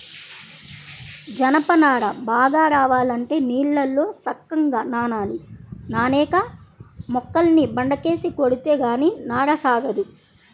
జనప నార బాగా రావాలంటే నీళ్ళల్లో సక్కంగా నానాలి, నానేక మొక్కల్ని బండకేసి కొడితే గానీ నార సాగదు